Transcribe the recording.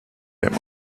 him